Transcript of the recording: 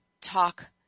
talk